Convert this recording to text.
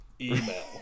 email